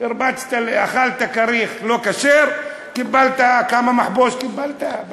אכלת כריך לא כשר, קיבלת כמה מחבוש קיבלת?